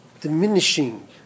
diminishing